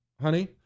honey